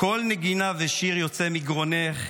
// קול נגינה ושיר יוצא מגרונך,